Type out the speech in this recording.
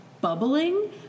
bubbling